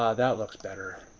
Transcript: ah that looks better.